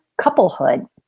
couplehood